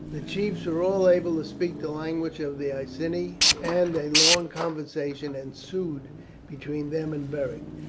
the chiefs were all able to speak the language of the iceni, and a long conversation ensued between them and beric.